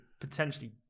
potentially